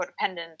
codependent